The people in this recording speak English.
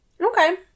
Okay